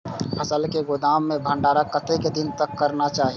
फसल के गोदाम में भंडारण कतेक दिन तक करना चाही?